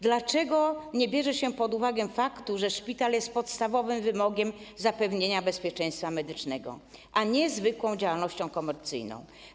Dlaczego nie bierze się pod uwagę faktu, że działalność szpitala jest podstawowym wymogiem zapewnienia bezpieczeństwa medycznego, a nie zwykłą działalnością komercyjną?